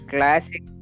Classic